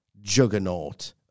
juggernaut